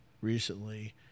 recently